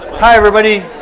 hi everybody,